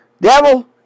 Devil